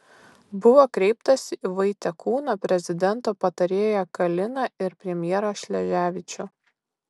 buvo kreiptasi į vaitekūną prezidento patarėją kaliną ir premjerą šleževičių